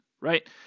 right